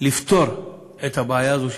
לפתור את הבעיה הזאת,